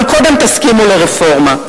אבל קודם תסכימו לרפורמה.